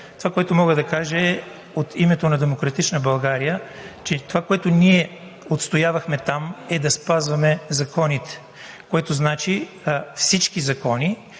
Това, което мога да кажа от името на „Демократична България“, е, че това, което ние отстоявахме там, е да спазваме законите – всички закони,